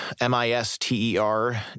M-I-S-T-E-R